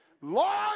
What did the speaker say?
Lord